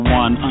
one